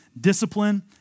discipline